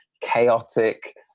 chaotic